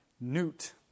newt